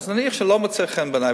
אז נניח שלא מוצא חן בעיני,